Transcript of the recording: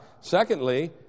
secondly